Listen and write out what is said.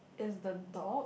is the dog